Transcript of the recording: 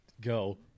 Go